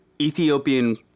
Ethiopian